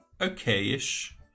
okay-ish